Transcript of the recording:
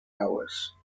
hours